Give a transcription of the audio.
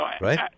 Right